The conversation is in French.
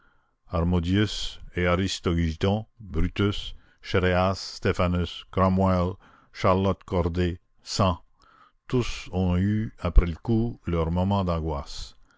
brutus chéréas stephanus cromwell charlotte corday sand tous ont eu après le coup leur moment d'angoisse